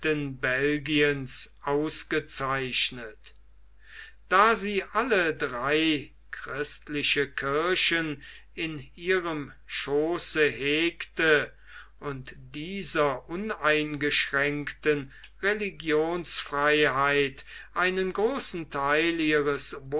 belgiens ausgezeichnet da sie alle drei christlichen kirchen in ihrem schooße hegte und dieser uneingeschränkten religionsfreiheit einen großen theil ihres